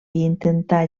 intentà